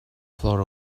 float